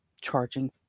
charging